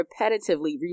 repetitively